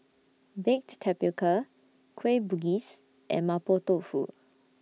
Baked Tapioca Kueh Bugis and Mapo Tofu